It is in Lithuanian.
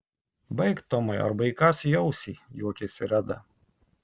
baik tomai arba įkąsiu į ausį juokėsi reda